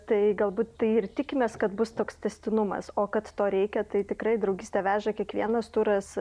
tai galbūt tai ir tikimės kad bus toks tęstinumas o kad to reikia tai tikrai draugystė veža kiekvienas turas